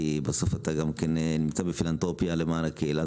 כי בסוף אתה גם כן נמצא בפילנתרופיה למען הקהילה.